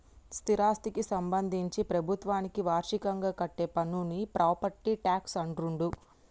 స్థిరాస్థికి సంబంధించి ప్రభుత్వానికి వార్షికంగా కట్టే పన్నును ప్రాపర్టీ ట్యాక్స్ అంటుండ్రు